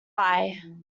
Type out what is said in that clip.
eye